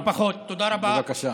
אפילו פחות, תודה רבה.